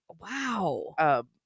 Wow